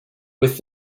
with